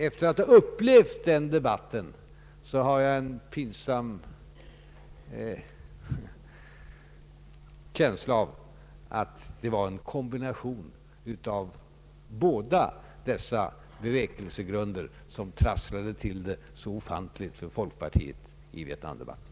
Efter att ha upplevt debatten har jag en pinsam känsla av att det var en kombination av båda dessa bevekelsegrunder som trasslade till det så ofantligt för folkpartiet i Vietnamdebatten.